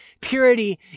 purity